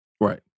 Right